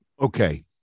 Okay